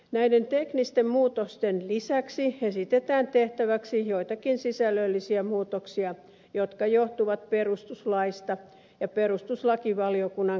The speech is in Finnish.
näiden teknisten muutosten lisäksi esitetään tehtäväksi joitakin sisällöllisiä muutoksia jotka johtuvat perustuslaista ja perustuslakivaliokunnan kannanotoista